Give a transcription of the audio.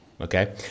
Okay